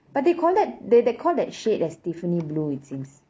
but do they call that they they call that shade as tiffany blue it seems